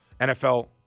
NFL